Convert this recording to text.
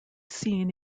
seen